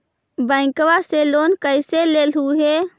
बैंकवा से लेन कैसे लेलहू हे?